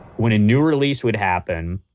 when a new release would happen,